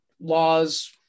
laws